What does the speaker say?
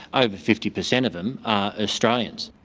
over fifty percent of them are australians.